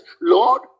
Lord